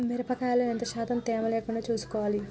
మిరప కాయల్లో ఎంత శాతం తేమ లేకుండా చూసుకోవాలి?